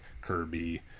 Kirby